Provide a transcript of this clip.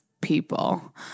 people